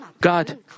God